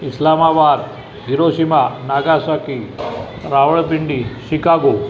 Islamabad Hiroshima Nagasaki Rawalpindi Chicago